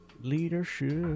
Leadership